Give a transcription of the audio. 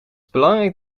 belangrijk